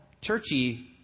churchy